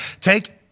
take